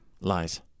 Lies